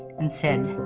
and said,